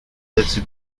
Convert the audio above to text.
dirty